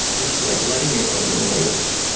it's like letting it go in layers.